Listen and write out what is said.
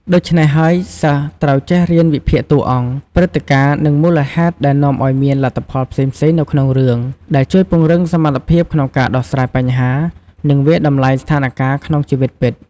ដូច្នេះហើយ សិស្សត្រូវចេះរៀនវិភាគតួអង្គ ព្រឹត្តិការណ៍ និងមូលហេតុដែលនាំឱ្យមានលទ្ធផលផ្សេងៗនៅក្នុងរឿង ដែលជួយពង្រឹងសមត្ថភាពក្នុងការដោះស្រាយបញ្ហា និងវាយតម្លៃស្ថានការណ៍ក្នុងជីវិតពិត។